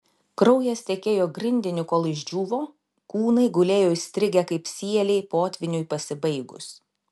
kraujas tekėjo grindiniu kol išdžiūvo kūnai gulėjo įstrigę kaip sieliai potvyniui pasibaigus